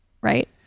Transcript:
right